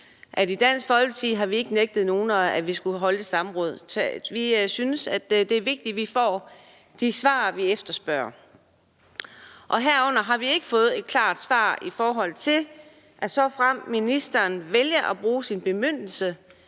i Dansk Folkeparti har vi ikke nægtet, at vi skulle holde et samråd. Vi synes, det er vigtigt, at vi får de svar, vi efterspørger, og her har vi ikke fået et klart svar på, om der, såfremt ministeren vælger at bruge sin bemyndigelse,